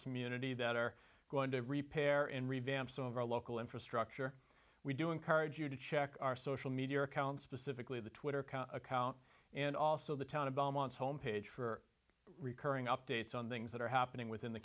community that are going to repair and revamp some of our local infrastructure we do encourage you to check our social media accounts specifically the twitter account and also the town of belmont's home page for recurring updates on things that are happening within the